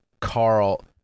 Carl